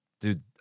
Dude